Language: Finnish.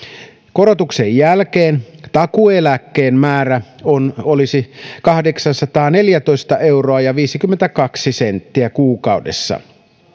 korotuksen jälkeen takuueläkkeen määrä olisi kahdeksansataaneljätoista euroa viisikymmentäkaksi senttiä kuukaudessa kun